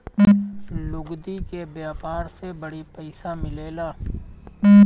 लुगदी के व्यापार से बड़ी पइसा मिलेला